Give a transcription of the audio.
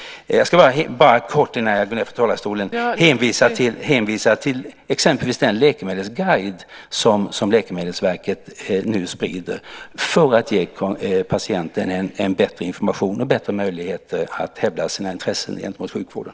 Jag ska bara kort hänvisa till exempelvis den läkemedelsguide som Läkemedelsverket sprider för att ge patienten en bättre information och bättre möjligheter att hävda sina intressen gentemot sjukvården.